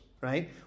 right